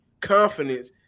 confidence